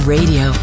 Radio